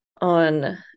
on